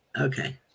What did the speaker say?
Okay